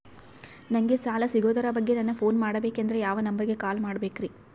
ನಂಗೆ ಸಾಲ ಸಿಗೋದರ ಬಗ್ಗೆ ನನ್ನ ಪೋನ್ ಮಾಡಬೇಕಂದರೆ ಯಾವ ನಂಬರಿಗೆ ಕಾಲ್ ಮಾಡಬೇಕ್ರಿ?